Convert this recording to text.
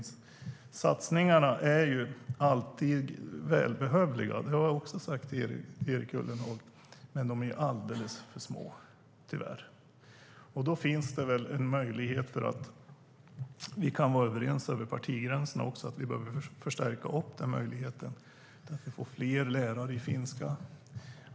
Satsningarna är alltid välbehövliga - det har jag också sagt till Erik Ullenhag - men de är tyvärr alldeles för små. Då skulle vi väl kunna vara överens över partigränserna om att vi behöver förstärka den möjligheten genom att se till att det blir fler lärare i finska.